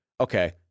Okay